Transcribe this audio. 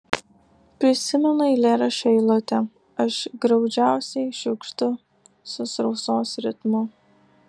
prisimenu eilėraščio eilutę aš graudžiausiai šiugždu su sausros ritmu